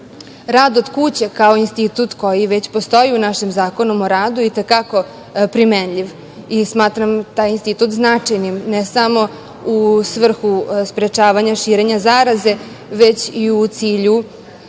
rad od kuće kao institut koji već postoji u našem zakonu o radu, i te kako primenljiv i smatram taj institut značajnim ne samo u svrhu sprečavanja širenja zaraze, već i u cilju